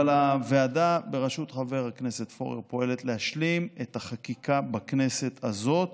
אבל הוועדה בראשות חבר הכנסת פורר פועלת להשלים את החקיקה בכנסת הזאת,